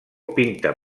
pinta